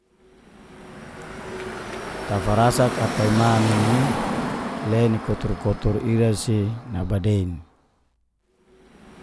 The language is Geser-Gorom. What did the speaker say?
Tafarasak ata ima nini le ni kotur-kotur ira si nabadein.